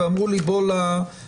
ואמרו לי: בוא למבדק.